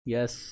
Yes